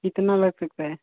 कितना लग सकता है